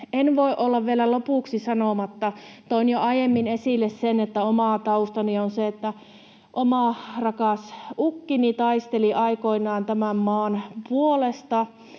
En voi olla vielä lopuksi sanomatta, toin jo aiemmin esille sen, että oma taustani on se, että oma rakas ukkini taisteli aikoinaan tämän maan puolesta.